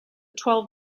twelve